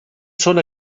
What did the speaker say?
són